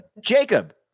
Jacob